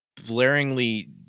blaringly